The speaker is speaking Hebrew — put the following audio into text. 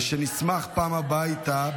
נשמח בפעם הבאה איתה,